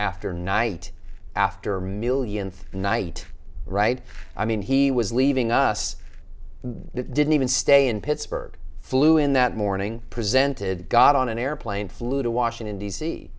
after night after millionth night right i mean he was leaving us didn't even stay in pittsburgh flew in that morning presented god on an airplane flew to washington d